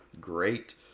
great